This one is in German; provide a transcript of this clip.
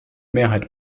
mehrheit